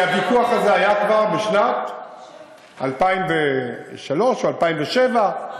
כי הוויכוח הזה היה כבר בשנת 2003 או 2007,